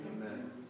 Amen